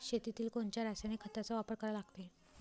शेतीत कोनच्या रासायनिक खताचा वापर करा लागते?